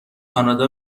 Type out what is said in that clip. کانادا